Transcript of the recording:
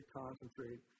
concentrate